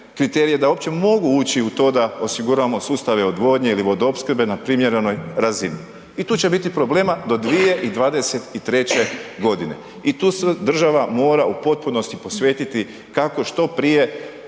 da uopće mogu ući u to da osiguramo sustava odvodnje ili vodoopskrbe na primjerenoj razini. I tu će biti problema do 2023. godine i tu se država mora u potpunosti posvetiti kako što prije